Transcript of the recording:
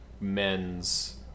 men's